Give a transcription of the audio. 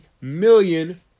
million